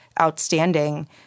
outstanding